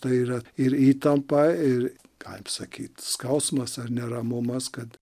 tai yra ir įtampa ir galim sakyt skausmas ar neramumas kad